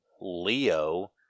Leo